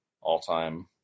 all-time